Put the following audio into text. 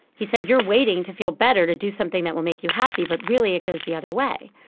he said, you're waiting to feel better to do something that will make you happy, but really it goes the other way.